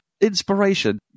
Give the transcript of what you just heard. inspiration